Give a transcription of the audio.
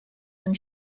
und